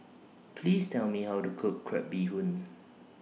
Please Tell Me How to Cook Crab Bee Hoon